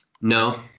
No